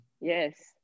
yes